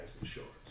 insurance